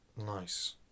Nice